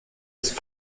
ist